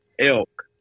elk